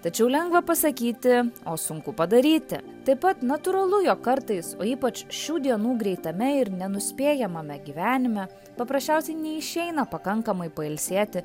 tačiau lengva pasakyti o sunku padaryti taip pat natūralu jog kartais o ypač šių dienų greitame ir nenuspėjamame gyvenime paprasčiausiai neišeina pakankamai pailsėti